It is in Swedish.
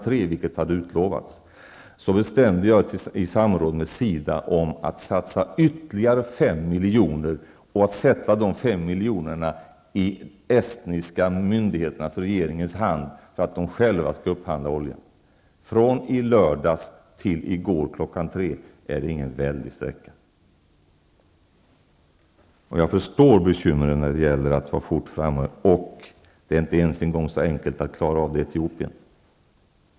3, vilket hade utlovats, bestämde jag i samråd med SIDA att satsa ytterligare 5 milj.kr. och att sätta de 5 miljonerna i estniska regeringens hand, för att den själv skulle upphandla oljan. Från i lördags till i går kl. 3 är ingen väldig sträcka. Jag förstår bekymren när det gäller att fara fort fram. Det är inte ens så enkelt att klara av det i Etiopien.